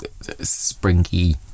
springy